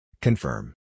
Confirm